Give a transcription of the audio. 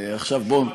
לשום מקום.